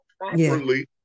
properly